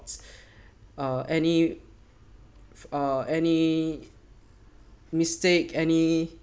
uh any uh any mistake any